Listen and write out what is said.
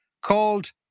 called